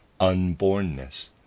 unbornness